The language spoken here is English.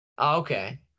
okay